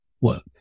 work